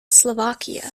slovakia